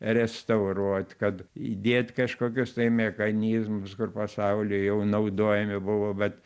restauruot kad įdėt kažkokius tai mechanizmus kur pasauly jau naudojami buvo bet